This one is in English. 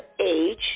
age